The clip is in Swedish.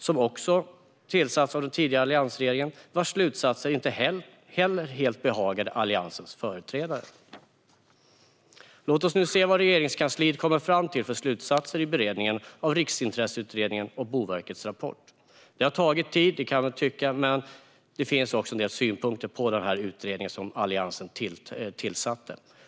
Den tillsattes också av den tidigare alliansregeringen, och slutsatserna behagade inte heller då helt Alliansens företrädare. Låt oss se vilka slutsatser Regeringskansliet kommer fram till nu i beredningen av Riksintresseutredningens betänkande och Boverkets rapport. Man kan tycka att det har tagit tid, men det finns en del synpunkter på den utredning som Alliansen tillsatte.